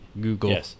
Google